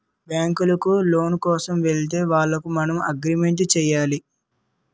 బ్యాంకులకు లోను కోసం వెళితే వాళ్లకు మనం అగ్రిమెంట్ చేయాలి